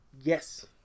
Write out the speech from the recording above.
yes